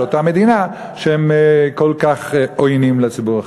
של אותה מדינה שהם כל כך עוינים לציבור החרדי.